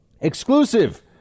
Exclusive